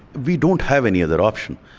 we don't have any other option.